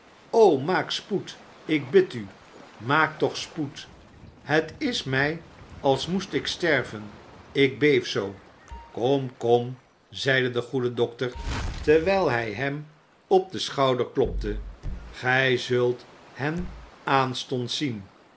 maak spoed ik bid u maak toch spoed het is mij als moest ik sterven ik beef zoo kom kom zeide de goede dokter terwijl hij hem op den schouder klopte gij zult hen aanstonds zien